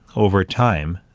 over time,